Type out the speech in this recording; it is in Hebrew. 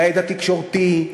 להד התקשורתי,